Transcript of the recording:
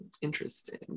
interesting